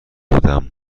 بودم